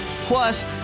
Plus